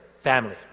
family